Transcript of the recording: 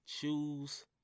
Choose